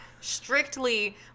Strictly